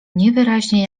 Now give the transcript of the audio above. niewyraźnie